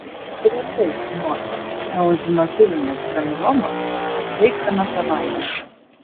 retai nuo eozinofilinės granulomos pasveikstama savaime